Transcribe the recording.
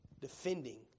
Defending